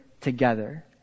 together